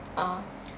ah